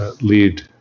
Lead